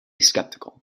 sceptical